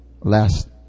last